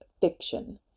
fiction